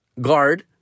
guard